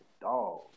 dog